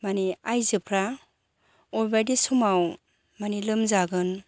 मानि आइजोफ्रा अबेबायदि समाव मानि लोमजागोन